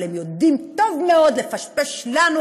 אבל הם יודעים טוב מאוד לפשפש לנו,